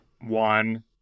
one